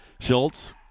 Schultz